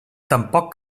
tampoc